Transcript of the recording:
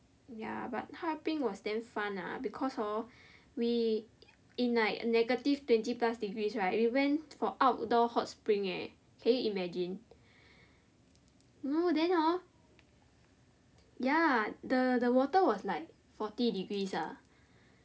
ya but 哈尔滨 was damn fun ah because hor we in like negative twenty plus degrees right we went for outdoor hot spring leh can you imagine no then hor ya the the water was like forty degrees ah